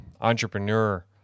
entrepreneur